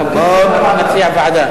חבר הכנסת עמאר מציע ועדה.